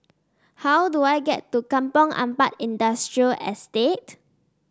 how do I get to Kampong Ampat Industrial Estate